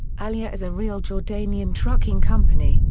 alia is a real jordanian trucking company,